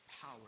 power